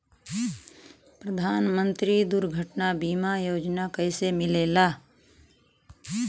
प्रधानमंत्री दुर्घटना बीमा योजना कैसे मिलेला?